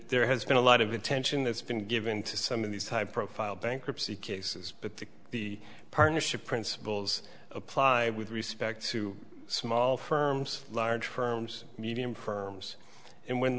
has been a lot of attention that's been given to some of these high profile bankruptcy cases but that the partnership principles apply with respect to small firms large firms medium firms and when